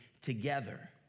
together